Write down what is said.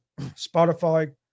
Spotify